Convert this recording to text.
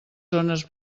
zones